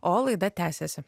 o laida tęsiasi